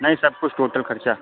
नहीं सब कुछ टोटल ख़र्चा